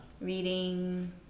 Reading